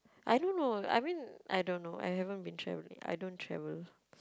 I don't know I mean I don't know I haven't been traveling I don't travel